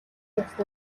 ёслол